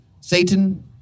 Satan